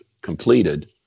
completed